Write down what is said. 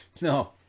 No